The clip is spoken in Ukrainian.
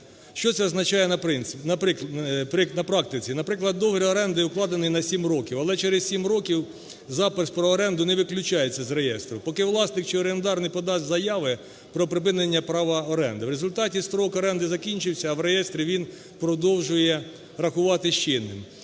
Що це означає на практиці? Наприклад, договір оренди укладений на 7 років, але через 7 років запис про оренду не виключається з реєстру, поки власник чи орендар не подасть заяви про припинення права оренди. В результаті строк оренди закінчився, а в реєстрі він продовжує рахуватись чинним,